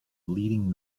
leading